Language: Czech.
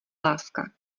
láska